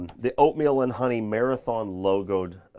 the oatmeal and honey marathon logo'd